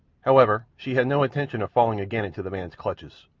however, she had no intention of falling again into the man's clutches.